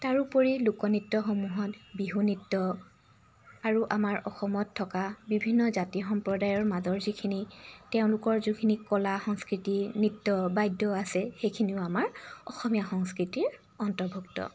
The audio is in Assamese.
তাৰোপৰি লোকনৃত্যসমূহত বিহু নৃত্য আৰু আমাৰ অসমত থকা বিভিন্ন জাতি সম্প্ৰদায়ৰ মাজৰ যিখিনি তেওঁলোকৰ যিখিনি কলা সংস্কৃতি নৃত্য বাদ্য আছে সেইখিনিও আমাৰ অসমীয়া সংস্কৃতিৰ অন্তৰ্ভুক্ত